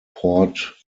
port